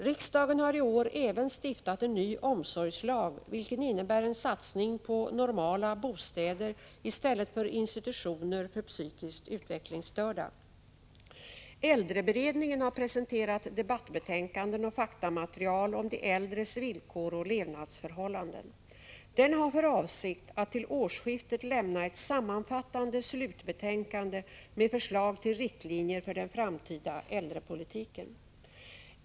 Riksdagen har i år även stiftat en ny omsorgslag, vilken innebär en satsning på normala bostäder i stället för institutioner för psykiskt utvecklingsstörda. Äldreberedningen har presenterat debattbetänkanden och faktamaterial om de äldres villkor och levnadsförhållanden. Den har för avsikt att till årsskiftet lämna ett sammanfattande slutbetänkande med förslag till riktlinjer för den framtida äldrepolitiken.